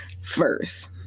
first